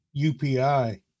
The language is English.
UPI